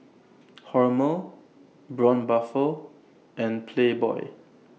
Hormel Braun Buffel and Playboy